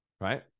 Right